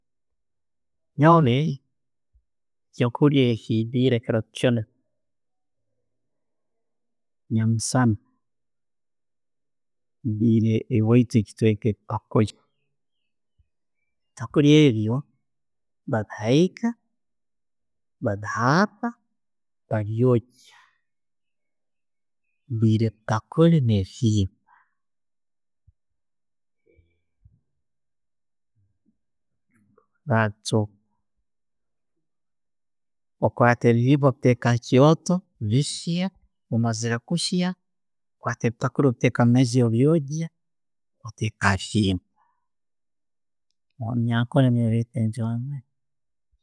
Nyoonwe, ekyokulya kyendiire kiiri kinu, nyamusaana ndiire owaitu ekyebetta ekitakuuli. Ebitakuuli ebyo babehaiga, babihaata, babyongya. Ndiire ebitaakuli ne'bihimba, bachumba. Okwatta ebihimba otteka mukyooto, bihya, bimaziire kuhya, okwata ebitakuli obiteeka omumaaizi mpaaka bihiire omurunyankole.